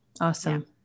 awesome